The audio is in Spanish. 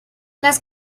las